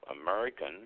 American